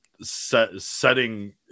Setting